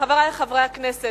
חברי חברי הכנסת,